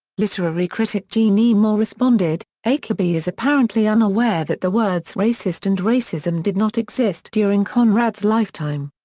literary critic gene e. moore responded, achebe is apparently unaware that the words racist and racism did not exist during conrad's lifetime.